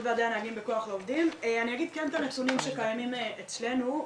אני אגיד את הנתונים שקיימים אצלנו.